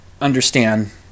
understand